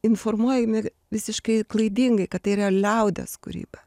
informuojami visiškai klaidingai kad tai yra liaudies kūryba